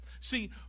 See